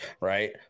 right